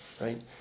right